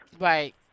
Right